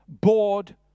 bored